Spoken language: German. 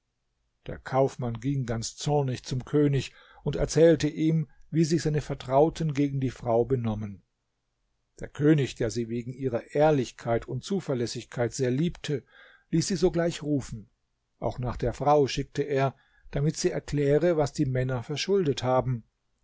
der kaufmann ging ganz zornig zum könig und erzählte ihm wie sich seine vertrauten gegen die frau benommen der könig der sie wegen ihrer ehrlichkeit und zuverlässigkeit sehr liebte ließ sie sogleich rufen auch nach der frau schickte er damit sie erkläre was die männer verschuldet haben